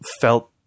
felt